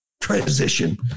transition